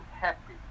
happy